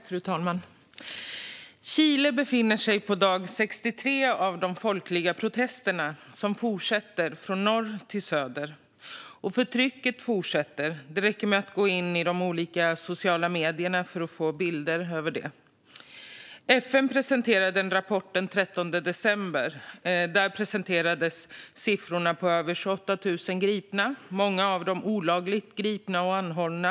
Fru talman! Chile befinner sig på dag 63 av de folkliga protesterna, som fortsätter från norr till söder, och förtrycket fortsätter. Det räcker med att gå in på de olika sociala medierna för att få bilder av det. FN presenterade en rapport den 13 december. Där presenterades siffror på över 28 000 gripna, många av dem olagligt gripna och anhållna.